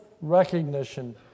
recognition